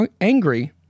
angry